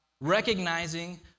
recognizing